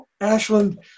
Ashland